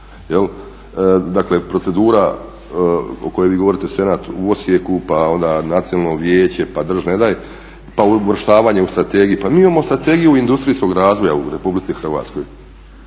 Dakle procedura o kojoj vi govorite Senat u Osijeku, pa onda nacionalno vijeće, pa drž ne daj, pa uvrštavanje u strategiju. Pa mi imamo Strategiju industrijskog razvoja u RH jel tako,